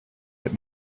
but